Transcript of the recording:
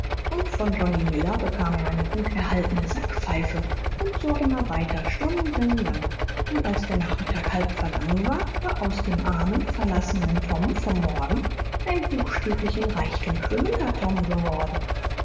und von johnny miller bekam er eine gut erhaltene sackpfeife und so immer weiter stundenlang und als der nachmittag halb vergangen war war aus dem armen verlassenen tom vom morgen ein buchstäblich in reichtum schwimmender tom geworden